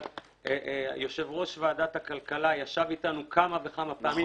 אבל אני חייב להגיד שיושב-ראש ועדת הכלכלה ישב איתנו כמה וכמה פעמים,